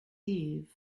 eve